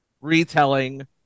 retelling